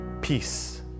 peace